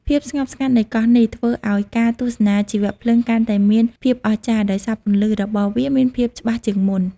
ភាពស្ងប់ស្ងាត់នៃកោះនេះធ្វើឲ្យការទស្សនាជីវភ្លើងកាន់តែមានភាពអស្ចារ្យ ដោយសារពន្លឺរបស់វាមានភាពច្បាស់ជាងមុន។